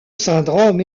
syndrome